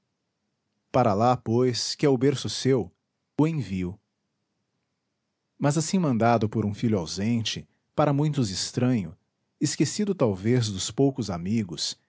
para lá pois que é o berço seu o envio mas assim mandado por um filho ausente para muitos estranho esquecido talvez dos poucos amigos